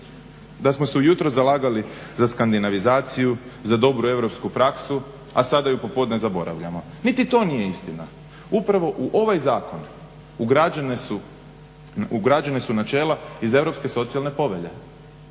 da smo se ujutro zalagali za skandinavizaciju, za dobru europsku praksu, a sada ju popodne zaboravljamo. Niti to nije istina. Upravo u ovaj zakon ugrađena su načela iz Europske socijalne povelje